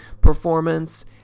performance